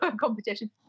competition